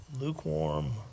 lukewarm